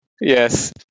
Yes